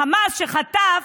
החמאס שחטף